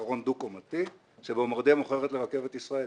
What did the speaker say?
קרון דו-קומתי ש"בומבורדייה" מוכרת לרכבת ישראל.